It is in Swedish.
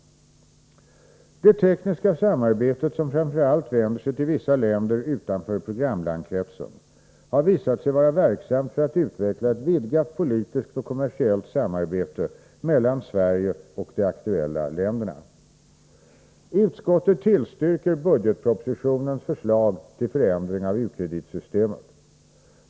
Det tekniska samarbetet, som framför allt vänder sig till vissa länder utanför programlandskretsen, har visat sig vara verksamt för att utveckla ett vidgat politiskt och kommersiellt samarbete mellan Sverige och de aktuella länderna. Utskottet tillstyrker budgetpropositionens förslag till förändring av ukreditsystemet.